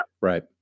Right